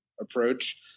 approach